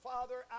Father